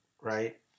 right